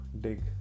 dig